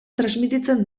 transmititzen